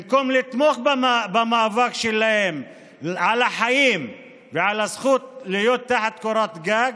במקום לתמוך במאבק שלהם על החיים ועל הזכות להיות תחת קורת גג,